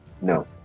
no